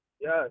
Yes